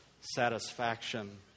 satisfaction